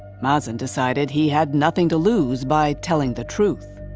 mazen decided he had nothing to lose by telling the truth.